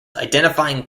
identifying